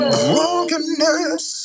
brokenness